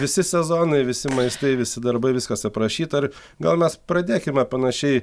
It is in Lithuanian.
visi sezonai visi maistai visi darbai viskas aprašyta ir gal mes pradėkime panašiai